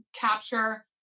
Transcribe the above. capture